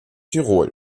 tirol